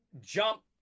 jump